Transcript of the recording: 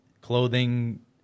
clothing